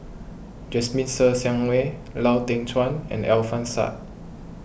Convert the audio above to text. Jasmine Ser Xiang Wei Lau Teng Chuan and Alfian Sa'At